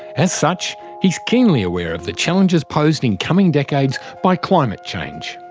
as such, he is keenly aware of the challenges posed in coming decades by climate change.